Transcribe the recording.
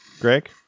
Greg